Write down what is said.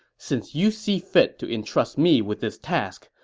since you see fit to entrust me with this task,